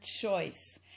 choice